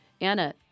Anna